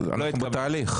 לא התקבל.